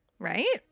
Right